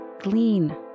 Glean